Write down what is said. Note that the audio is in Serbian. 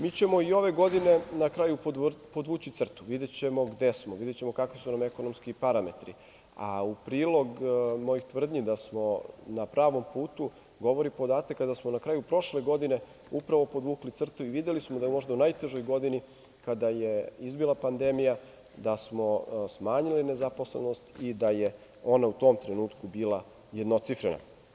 Mi ćemo i ove godine na kraju podvući crtu, videćemo gde smo, videćemo kakvi su nam ekonomski parametri, a u prilog mojih tvrdnji da smo na pravom putu, govori podatak kada smo na kraju prošle godine podvukli crtu i videli smo da je u možda u najtežoj godini kada je izbila pandemija, da smo smanjili nezaposlenost i da je ona u tom trenutku bila jednocifrena.